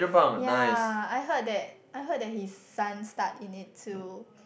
ya I heard that I heard that his son stuck in it too